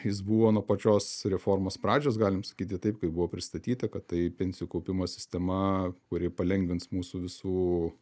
jis buvo nuo pačios reformos pradžios galim sakyti taip kaip buvo pristatyta kad tai pensijų kaupimo sistema kuri palengvins mūsų visų